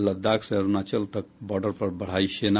लद्दाख से अरूणाचल तक बार्डर पर बढ़ायी सेना